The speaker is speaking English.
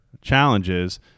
challenges